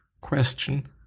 Question